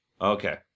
okay